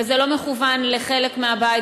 וזה לא מכוון לחלק מהבית,